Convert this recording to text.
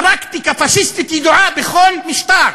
פרקטיקה פאשיסטית ידועה בכל משטר.